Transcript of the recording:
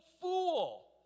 fool